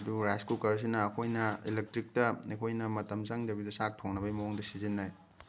ꯑꯗꯨꯒ ꯔꯥꯏꯁ ꯀꯨꯀꯔꯁꯤꯅ ꯑꯩꯈꯣꯏꯅ ꯏꯂꯦꯛꯇ꯭ꯔꯤꯛꯇ ꯑꯩꯈꯣꯏꯅ ꯃꯇꯝ ꯆꯪꯗꯕꯤꯗ ꯆꯥꯛ ꯊꯣꯡꯅꯕꯩ ꯃꯑꯣꯡꯗ ꯁꯤꯖꯤꯟꯅꯩ